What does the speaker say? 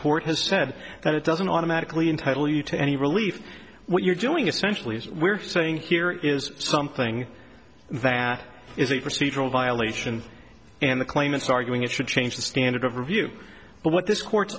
court has said that it doesn't automatically entitle you to any relief what you're doing essentially as we're saying here is something that is a procedural violation and the claimants arguing it should change the standard of review but what this court